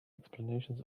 explanations